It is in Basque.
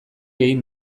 egin